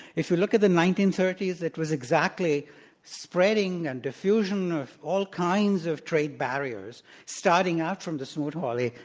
if you look at the nineteen thirty s it was exactly spreading and diffusion of all kinds of trade barriers, starting out from the smoot-hawley,